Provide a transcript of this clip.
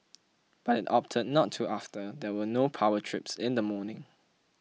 but it opted not to after there were no power trips in the morning